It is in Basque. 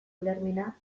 ulermena